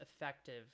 effective